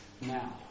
now